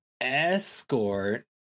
escort